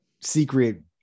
secret